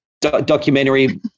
documentary